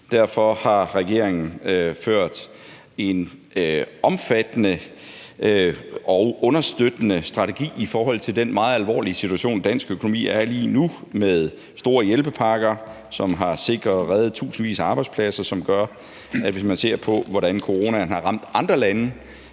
Derfor har regeringen ført en omfattende og understøttende strategi i forhold til den meget alvorlige situation, dansk økonomi er i lige nu, med store hjælpepakker, som har sikret og reddet tusindvis af arbejdspladser, som gør – hvis man ser på, hvordan coronaen har ramt andre lande